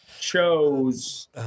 chose